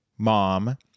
mom